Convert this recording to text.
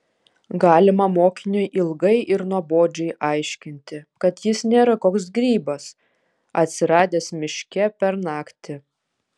galima mokiniui ilgai ir nuobodžiai aiškinti kad jis nėra koks grybas atsiradęs miške per naktį